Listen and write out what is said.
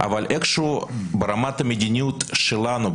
אבל איכשהו ברמת המדיניות שלנו,